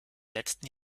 letzten